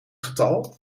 getal